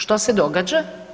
Što se događa?